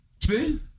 see